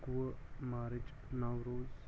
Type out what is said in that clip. اَکوُہ مارِچ نوروز